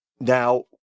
Now